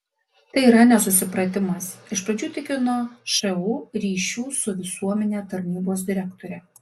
tai yra nesusipratimas iš pradžių tikino šu ryšių su visuomene tarnybos direktorė